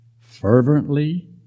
fervently